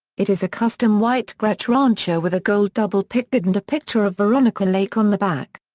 it is a custom white gretsch rancher with a gold double pickguard and a picture of veronica lake on the back.